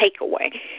takeaway